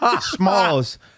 Smalls